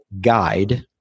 Guide